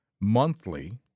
monthly